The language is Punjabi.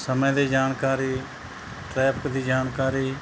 ਸਮੇਂ ਦੀ ਜਾਣਕਾਰੀ ਟਰੈਫਕ ਦੀ ਜਾਣਕਾਰੀ